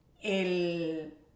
el